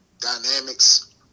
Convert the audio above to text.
dynamics